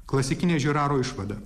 klasikinė žiraro išvada